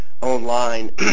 online